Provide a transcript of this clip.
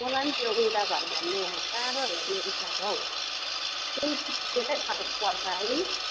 मलाई पनि त्यो उल्टा घर भन्ने साह्रो हेर्ने इच्छा छ हौ त्यही त्यतै साइड पर्छ है